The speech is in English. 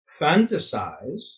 fantasize